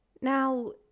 Now